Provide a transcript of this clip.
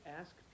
ask